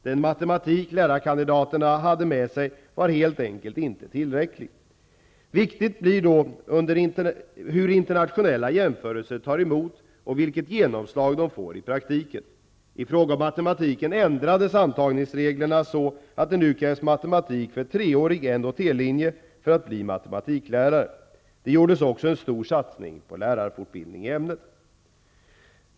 Den matematik lärarkandidaterna hade med sig var helt enkelt inte tillräcklig. Viktigt blir då hur internationella jämförelser tas emot och vilket genomslag de får i politiken. I fråga om matematiken ändrades antagningsreglerna så att det nu krävs matematik från treårig N eller T-linje för att bli matematiklärare. Det gjordes också en stor satsning på lärarfortbildning i ämnet. Herr talman!